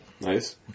Nice